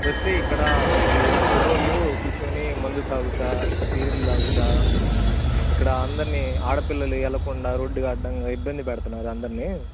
వస్తే ఇక్కడ ఓ నాలుగురు కుర్రోళ్లు కూర్చొని మందు తాగుతూ సిగరెట్లు తాగుతూ ఇక్కడ అందరిని ఆడ పిల్లలు వెళ్ళకుండా రోడ్డుకి అడ్డంగా ఇబ్బంది పెడుతన్నారు అందరిని